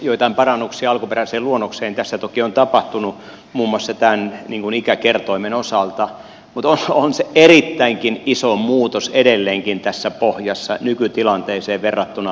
joitain parannuksia alkuperäiseen luonnokseen tässä toki on tapahtunut muun muassa tämän ikäkertoimen osalta mutta on se erittäinkin iso muutos edelleenkin tässä pohjassa nykytilanteeseen verrattuna